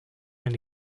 and